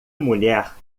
mulher